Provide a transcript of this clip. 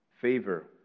favor